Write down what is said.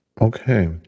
Okay